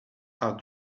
are